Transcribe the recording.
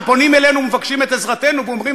שפונים אלינו ומבקשים את עזרתנו ואומרים,